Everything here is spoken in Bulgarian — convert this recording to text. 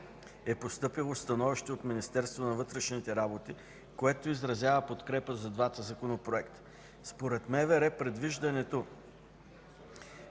е постъпило становище от Министерството на вътрешните работи, което изразява подкрепа за двата законопроекта. Според МВР предвиждането